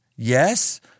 Yes